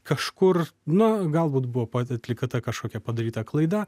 kažkur na galbūt buvo pat atlikta kažkokia padaryta klaida